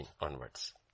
onwards